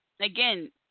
again